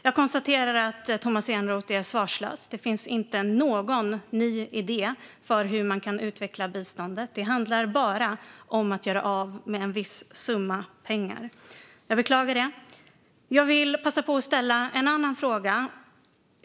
Jag konstaterar att Tomas Eneroth är svarslös. Det finns inte någon ny idé för hur man kan utveckla biståndet. Det handlar bara om att göra av med en viss summa pengar. Jag beklagar det. Jag vill passa på att ställa en annan fråga.